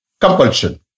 Compulsion